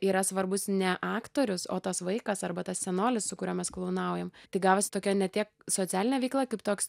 yra svarbus ne aktorius o tas vaikas arba tas senolis su kuriuo mes klounaujam tai gavosi tokia ne tiek socialinė veikla kaip toks